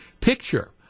picture